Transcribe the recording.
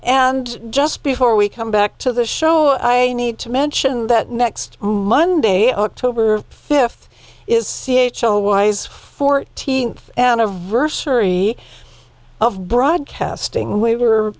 and just before we come back to the show i need to mention that next monday october fifth is c h o y's fourteenth anniversary of broadcasting we were